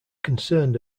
concerned